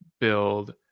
build